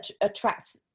attracts